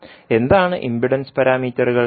എന്താണ് ഇംപിഡൻസ് പാരാമീറ്ററുകൾ